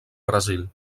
brasil